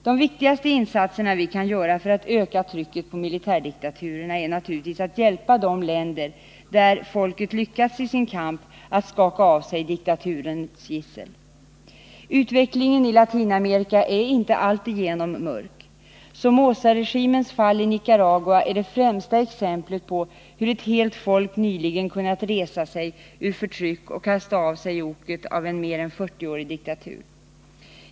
De viktigaste insatserna vi kan göra för att öka trycket på militärdiktaturerna är naturligtvis att hjälpa de länder där folket lyckats i sin kamp för att skaka av sig diktaturens gissel. Utvecklingen i Latinamerika är inte alltigenom mörk. Somozaregimens fall i Nicaragua är det främsta exemplet på hur ett helt folk nyligen kunnat resa sig ur förtryck och kasta av sig oket av en mera än 40-årig diktatur.